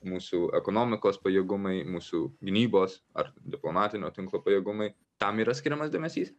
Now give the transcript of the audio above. mūsų ekonomikos pajėgumai mūsų gynybos ar diplomatinio tinklo pajėgumai tam yra skiriamas dėmesys